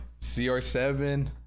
CR7